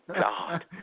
God